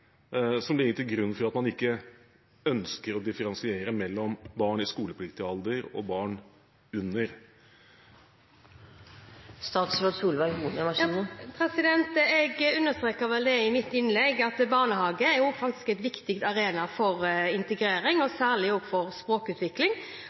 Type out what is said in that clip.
som ligger til grunn for at man ikke ønsker å differensiere mellom barn i skolepliktig alder og barn under skolepliktig alder? Jeg understreket vel i mitt innlegg at barnehage er en ganske viktig arena for integrering og